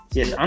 Yes